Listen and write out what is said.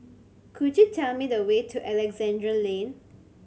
could you tell me the way to Alexandra Lane